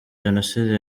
jenoside